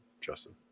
Justin